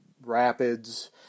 Rapids